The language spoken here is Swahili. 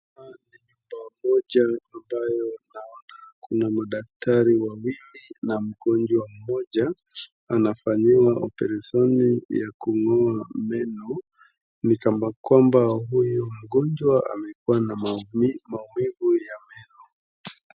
Kuna madaktari wawili na mgonjwa mmoja ambao wanafanyiwa oparesheni ya kungoa meno, ni kana kwamba huyu mgonjwa amekua na maumivu ya meno.